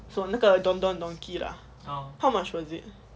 so 那个 don don donki ah how much was it